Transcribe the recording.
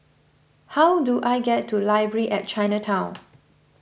how do I get to Library at Chinatown